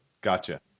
Gotcha